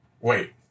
Wait